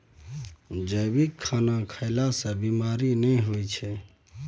जैविक खाना खएला सँ बेमारी नहि होइ छै